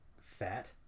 fat